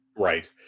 right